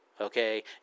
Okay